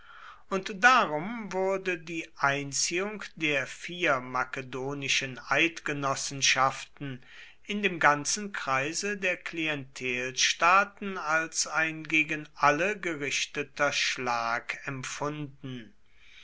und darum wurde die einziehung der vier makedonischen eidgenossenschaften in dem ganzen kreise der klientelstaaten als ein gegen alle gerichteter schlag empfunden